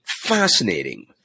fascinating